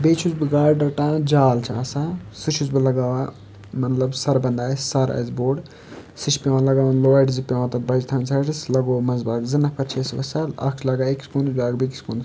بیٚیہِ چھُس بہٕ گاڈٕ رَٹان جال چھِ آسان سُہ چھُس بہٕ لَگاوان مطلب سَربَنٛد آسہِ سَر آسہِ بوٚڑ سُہ چھُ پیٚوان لگاوُن لورِ زٕ پیٚوان تَتھ بَجہِ تھاونہِ سایڈَس لَگو منٛز باگ زٕ نَفَر چھِ أسۍ وَسان اَکھ چھُ لاگان أکِس کُوٗنَس بیاکھ بیٚکِس کُوٗنَس